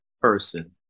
person